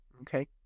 Okay